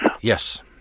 Yes